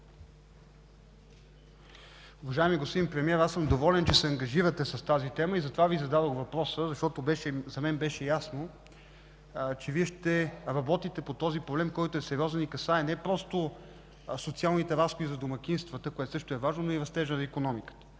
Уважаеми господин Дончев, аз съм доволен, че се ангажирате с тази тема и затова Ви зададох въпроса, защото за мен беше ясно, че Вие работите по този сериозен проблем, който касае не просто социалните разходи за домакинствата, което също е важно, но и растежа на икономиката.